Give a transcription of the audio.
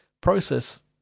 process